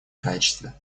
качестве